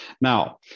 Now